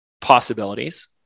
possibilities